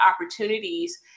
opportunities